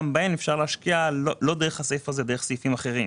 גם בהן אפשר להשקיע לא דרך הסעיף הזה אלא דרך סעיפים אחרים.